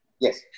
Yes